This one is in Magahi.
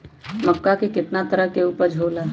मक्का के कितना तरह के उपज हो ला?